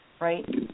right